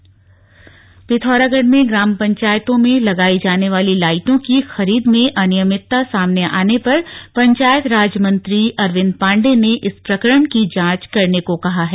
अनियमितता पिथौरागढ़ में ग्राम पंचायतों में लगाई जाने वाली लाइटों की खरीद में अनियमितता सामने आने पर पंचायतत राज मंत्री अरविन्द पाण्डे ने इस प्रकरण की जांच करने को कहा है